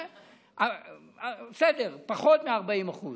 בסדר, פחות מ-40%.